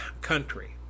country